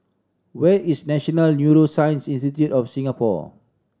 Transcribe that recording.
where is National Neuroscience Institute of Singapore